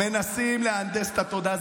מנסים להנדס את התודעה.